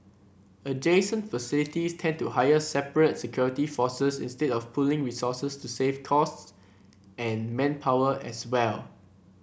adjacent facilities tend to hire separate security forces instead of pooling resources to save costs and manpower as well